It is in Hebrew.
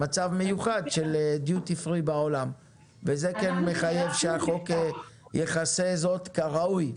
מצב מיוחד של דיוטי פרי בעולם וזה כן מחייב שהחוק יכסה זאת כראוי.